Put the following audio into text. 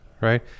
right